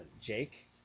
Jake